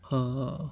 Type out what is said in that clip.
err